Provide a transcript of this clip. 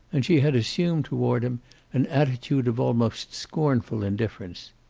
and she had assumed toward him an attitude of almost scornful indifference.